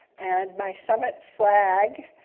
and my summit flag,